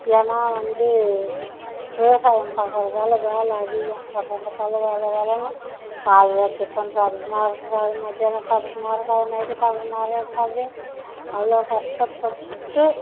ஏன்னா வந்து விவசாயம் பார்க்கறதால வேலை அதிகம் எப்போப்பாத்தாலும் வேலை வேலைன்னு காலைல டிஃபன் சாப்பிட நேரம் இருக்காது மத்தியானம் சாப்பிட நேரம் இருக்காது நைட்டு சாப்பிட நேரம் இருக்காது அவ்வளோ கஷ்ட்ப்பட்டு